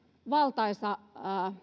valtaisa